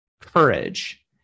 courage